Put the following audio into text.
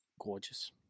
Gorgeous